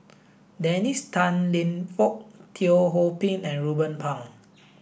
Dennis Tan Lip Fong Teo Ho Pin and Ruben Pang